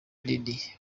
nini